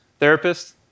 therapists